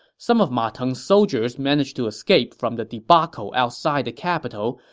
some of ma teng's soldiers managed to escape from the debacle outside the capital,